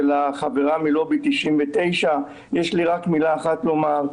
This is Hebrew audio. החברה מלובי 99. יש לי רק מילה אחת לומר,